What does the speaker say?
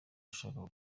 ushaka